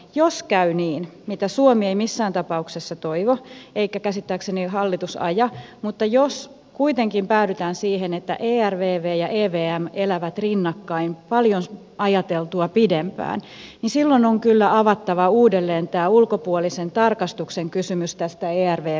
jos käy niin mitä suomi ei missään tapauksessa toivo eikä käsittääkseni hallitus aja jos kuitenkin päädytään siihen että ervv ja evm elävät rinnakkain paljon ajateltua pidempään niin silloin on kyllä avattava uudelleen ulkopuolisen tarkastuksen kysymys tästä ervvstäkin